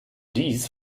dies